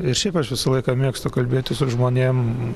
ir šiaip aš visą laiką mėgstu kalbėti su žmonėm